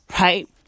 right